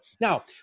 now